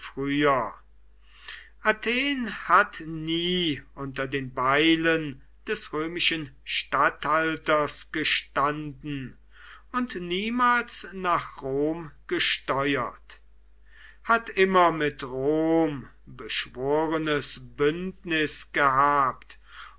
athen hat nie unter den beilen des römischen statthalters gestanden und niemals nach rom gesteuert hat immer mit rom beschworenes bündnis gehabt